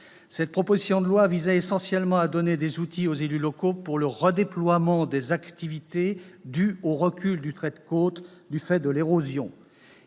Cette proposition de loi visait essentiellement à donner des outils aux élus locaux pour le redéploiement des activités lié au recul du trait de côte du fait de l'érosion,